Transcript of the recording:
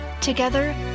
Together